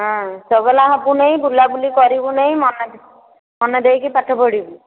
ହଁ ଚଗଲା ହେବୁ ନାହିଁ ବୁଲାବୁଲି କରିବୁ ନାହିଁ ମନ ମନଦେଇକି ପାଠ ପଢ଼ିବୁ